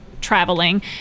traveling